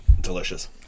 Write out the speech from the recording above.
Delicious